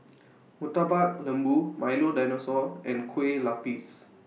Murtabak Lembu Milo Dinosaur and Kueh Lapis